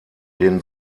den